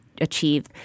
achieve